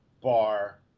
bar